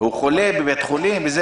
הוא חולה בבית חולים וכולי,